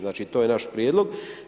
Znači, to je naš prijedlog.